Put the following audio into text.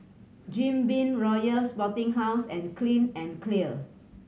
Jim Beam Royal Sporting House and Clean and Clear